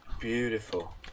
Beautiful